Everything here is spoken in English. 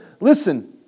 listen